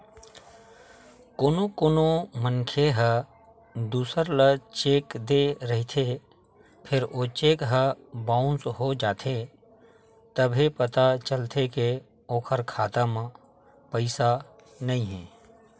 कोनो कोनो मनखे ह दूसर ल चेक दे रहिथे फेर ओ चेक ह बाउंस हो जाथे तभे पता चलथे के ओखर खाता म पइसा नइ हे